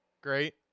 Great